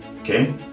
okay